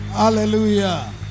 hallelujah